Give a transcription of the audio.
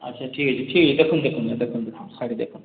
ଆଚ୍ଛା ଠିକ୍ ଅଛେ ଠିକ୍ ଅଛେ ଦେଖୁନ୍ ଦେଖୁନ୍ ଦେଖୁନ୍ ଇ ଶାଢ଼ୀ ଦେଖୁନ୍